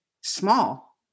small